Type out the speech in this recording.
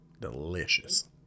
Delicious